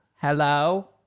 Hello